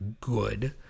good